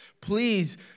Please